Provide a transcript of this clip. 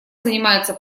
занимается